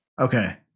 Okay